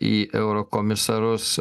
į eurokomisarus